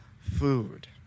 food